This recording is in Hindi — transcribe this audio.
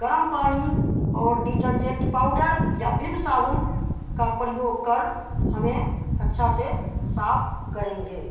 गर्म पानी और डिटर्जेंट पाउडर या बीम साबुन का प्रयोग कर हमे अच्छा से साफ़ करेंगे